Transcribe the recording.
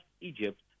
Egypt